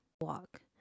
walk